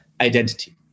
identity